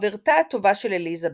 חברתה הטובה של אליזבת.